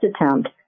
attempt